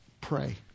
pray